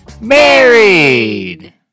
married